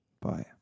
Bye